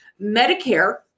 Medicare